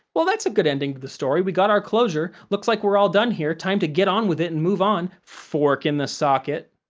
well, that's a good ending to the story. we got our closure. looks like we're all done here. time to get on with it and move on! fork in the socket.